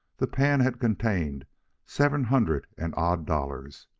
the pan had contained seven hundred and odd dollars.